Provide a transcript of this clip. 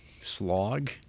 slog